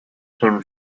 him